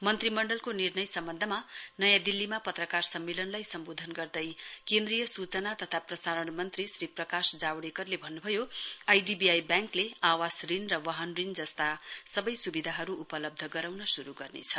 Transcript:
मन्त्रीमण्डलको निर्णय सम्बन्धमा नयाँ दिल्लीमा पत्रकार सम्मेलनलाई सम्बोधन गर्दै केन्द्रीय सूचना तथा प्रसारण मन्त्री श्री प्रकाश जावडेकरले भन्नु भयो आईडीबीआई व्याङ्कले आवास ऋण र वाहन ऋण जस्ता सबै सुविधाहरू उपलब्ध गराउन शुरू गर्नेछ